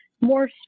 more